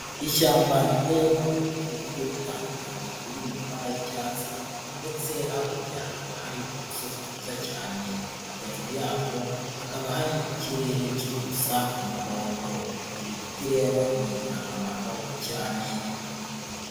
Ishyamba riteyemo ibiti bigiye bitandukanye biri mu mabara y'icyatsi ndetse hakurya hakaba hari udusozi twiza cyane, hejuru yatwo hakaba hari ikirere kiri gusa umuhondo, ibi biti rero ni ingirakamaro cyane.